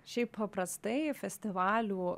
šiaip paprastai festivalių